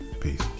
peace